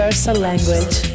language